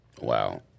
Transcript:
Wow